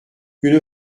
une